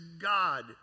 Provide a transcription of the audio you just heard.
God